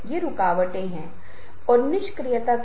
बहुत बार हमारे पास कहानियां हैं